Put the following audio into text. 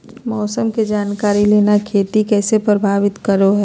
मौसम के जानकारी लेना खेती के कैसे प्रभावित करो है?